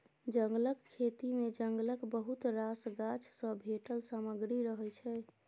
जंगलक खेती मे जंगलक बहुत रास गाछ सँ भेटल सामग्री रहय छै